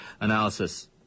analysis